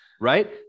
Right